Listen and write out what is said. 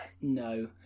no